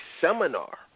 seminar